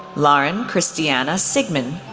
lauren christianna siegmann,